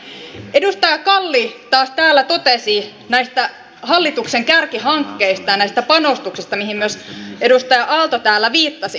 edustaja kalli taas täällä totesi näistä hallituksen kärkihankkeista ja näistä panostuksista joihin myös edustaja aalto täällä viittasi